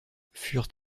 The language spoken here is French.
furent